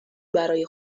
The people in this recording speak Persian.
برای